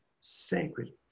Sacred